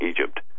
Egypt